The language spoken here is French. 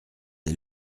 des